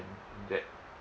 that